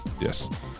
Yes